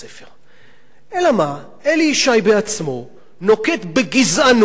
אלי ישי בעצמו נוקט בגזענות כלפי סוגיות אחרות.